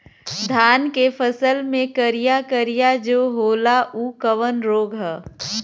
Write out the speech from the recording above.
धान के फसल मे करिया करिया जो होला ऊ कवन रोग ह?